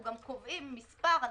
אנחנו גם קובעים מספר,